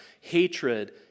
hatred